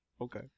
okay